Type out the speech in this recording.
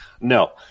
No